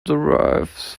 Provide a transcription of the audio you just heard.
derives